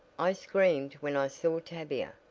i screamed when i saw tavia,